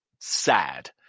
sad